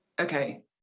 okay